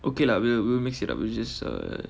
okay lah we'll we'll mix it up which is uh